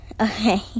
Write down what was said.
Okay